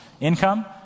income